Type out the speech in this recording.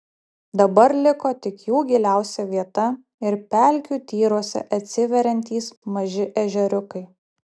dabar liko tik jų giliausia vieta ir pelkių tyruose atsiveriantys maži ežeriukai